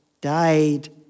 died